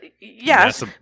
yes